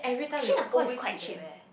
actually Nakhon is quite cheap eh